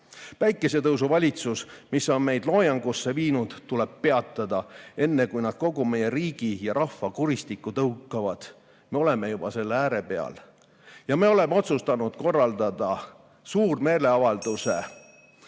Päikesetõusuvalitsus, mis on meid loojangusse viinud, tuleb peatada, enne kui nad kogu meie riigi ja rahva kuristikku tõukavad. Me oleme juba selle ääre peal. Ja me oleme otsustanud korraldada suurmeeleavalduse